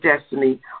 Destiny